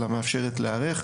אלא מאפשרת להיערך,